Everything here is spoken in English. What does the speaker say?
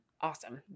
Awesome